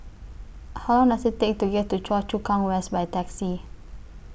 How Long Does IT Take to get to Choa Chu Kang West By Taxi